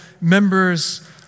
members